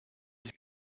sich